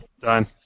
done